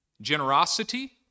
generosity